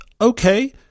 okay